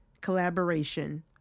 collaboration